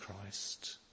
Christ